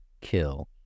Kill